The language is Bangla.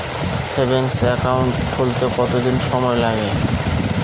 সেভিংস একাউন্ট খুলতে কতদিন সময় লাগে?